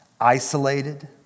isolated